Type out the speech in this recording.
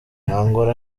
angola